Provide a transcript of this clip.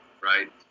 right